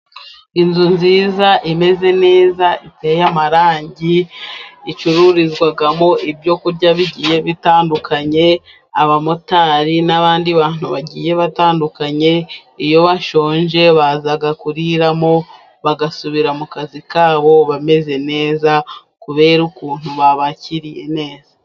Inzu nziza imeze neza, iteye amarangi icururizwamo ibyo kurya bitandukanye .Abamotari n'abandi bantu bagiye batandukanye iyo bashonje, baza kuriramo bagasubira mu kazi kabo bameze neza, kubera ukuntu babakiriye neza.